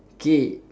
K